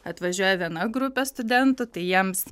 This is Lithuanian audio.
atvažiuoja viena grupė studentų tai jiems